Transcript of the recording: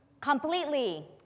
completely